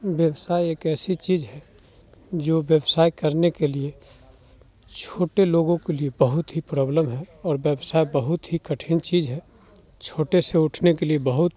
व्यवसाय एक ऐसी चीज़ है जो व्यवसाय करने के लिए छोटे लोगों के लिए बहुत ही प्रॉब्लम है और व्यवसाय बहुत ही कठिन चीज़ है छोटे से उठने के लिए बहुत